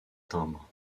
timbres